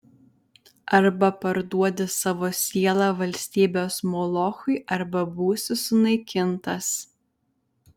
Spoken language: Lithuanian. arba parduodi savo sielą valstybės molochui arba būsi sunaikintas